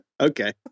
Okay